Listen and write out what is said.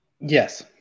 Yes